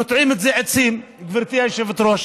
נוטעים בזה עצים, גברתי היושבת-ראש.